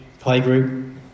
playgroup